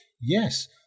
Yes